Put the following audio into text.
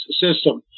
system